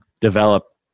develop